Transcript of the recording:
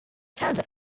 stanza